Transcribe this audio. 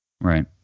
right